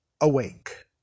Awake